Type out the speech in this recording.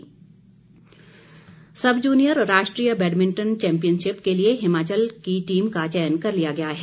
badminton sub junior राष्ट्रीय badminton championship के लिए हिमाचल की टीम का चयन कर लिया गया है